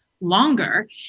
longer